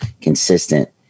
consistent